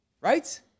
Right